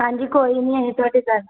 ਹਾਂਜੀ ਕੋਈ ਨਹੀਂ ਅਸੀਂ ਤੁਹਾਡੀ ਗੱਲ